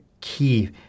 key